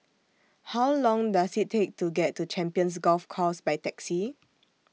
How Long Does IT Take to get to Champions Golf Course By Taxi